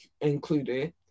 included